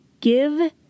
give